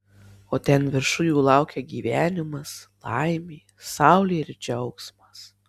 o ten viršuj jų laukia gyvenimas laimė saulė ir džiaugsmas